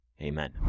amen